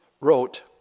wrote